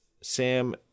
Sam